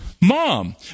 mom